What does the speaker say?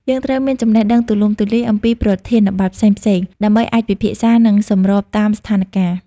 យើងត្រូវមានចំណេះដឹងទូលំទូលាយអំពីប្រធានបទផ្សេងៗ ដើម្បីអាចពិភាក្សា និងសម្របតាមស្ថានការណ៍។